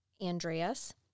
Andreas